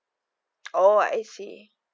oh I see